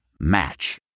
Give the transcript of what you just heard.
match